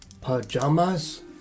Pajamas